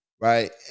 right